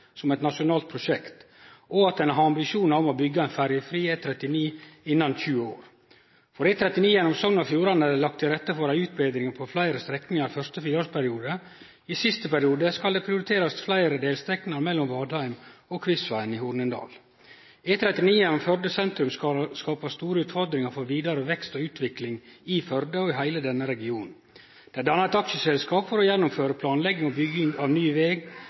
som eit nasjonalt prosjekt, og at ein må ha ambisjonar om å byggje ferjefri E39 innan 20 år. For E39 gjennom Sogn og Fjordane er det lagt til rette for ei utbetring på fleire strekningar første fireårsperiode. I siste perioden skal det prioriterast fleire delstrekningar mellom Vadheim og Kvivsvegen i Hornindal. E39 gjennom Førde sentrum skapar store utfordringar for vidare vekst og utvikling i Førde og i heile denne regionen. Det er danna eit aksjeselskap for å gjennomføre planlegging og bygging av ny veg